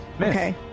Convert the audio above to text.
Okay